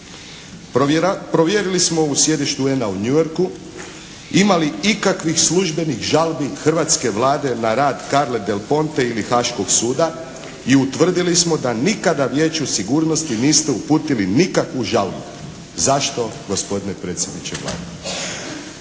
Provjerili smo u sjedištu UN-a u New Yorku, ima li ikakvih službenih žalbi hrvatske Vlade na rad Carle del Ponte ili Haškog suda? I utvrdili smo da nikada Vijeću sigurnosti niste uputili nikakvu žalbu. Zašto gospodine predsjedniče Vlade?